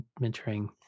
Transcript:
mentoring